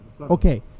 Okay